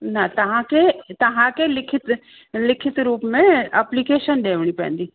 न तव्हांखे तव्हांखे लिखित लिखित रूप में अप्लीकेशन ॾियणी पवंदी